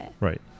right